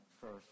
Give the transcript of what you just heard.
First